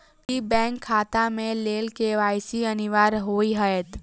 की bank खाता केँ लेल के.वाई.सी अनिवार्य होइ हएत?